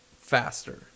faster